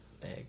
big